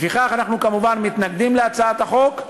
לפיכך אנחנו, כמובן, מתנגדים להצעת החוק.